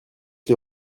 est